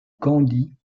candie